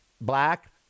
black